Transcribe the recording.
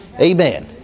Amen